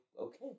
okay